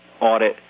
audit